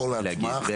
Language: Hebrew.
להגיד.